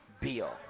Beal